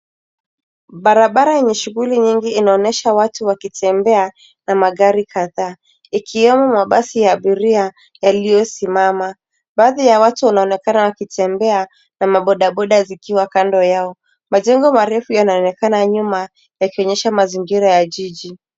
Barabara yenye shughuli nyingi inaonesha watu wakitembea na magari kadhaa, ikiwemo mabasi ya abiria yaliyosimama. Baadhi ya watu wanaonekana wakitembea, na mabodaboda zikiwa kando yao. Majengo marefu yanaonekana nyuma, yakionyesha mazingira ya jiji.